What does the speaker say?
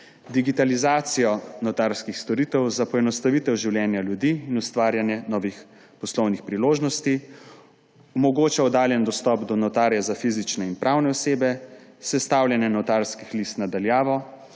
digitalizacijo notarskih storitev za poenostavitev življenja ljudi in ustvarjanje novih poslovnih priložnosti; omogoča oddaljen dostop do notarja za fizične in pravne osebe, sestavljanje notarskih list na daljavo;